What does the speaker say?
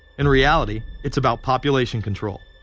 in reality, it's about population control.